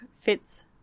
fits